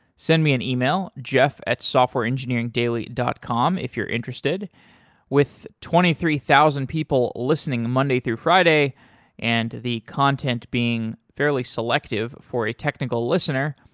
send me an e-mail, jeff at softwareengineeringdaily dot com if you're interested with twenty three thousand people listening monday through friday and the content being fairly selective for a technical listener,